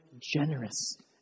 generous